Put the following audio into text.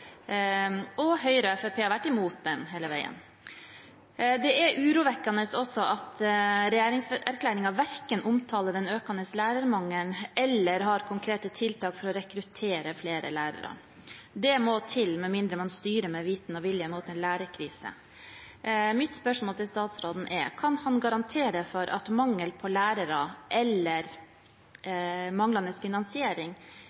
og Høyre og Fremskrittspartiet har vært imot den hele veien. Det er også urovekkende at regjeringserklæringen verken omtaler den økende lærermangelen eller har konkrete tiltak for å rekruttere flere lærere. Det må til, med mindre man med viten og vilje styrer mot en lærerkrise. Mitt spørsmål til statsråden er: Kan han garantere at mangel på lærere eller